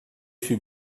fut